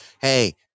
hey